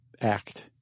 act